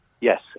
Yes